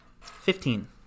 Fifteen